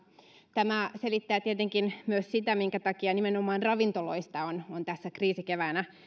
tämä selittää tietenkin myös sitä minkä takia nimenomaan ravintoloista on on tänä kriisikeväänä